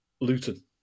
Luton